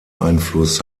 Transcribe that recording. einfluss